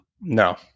no